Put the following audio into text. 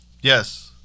Yes